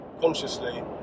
consciously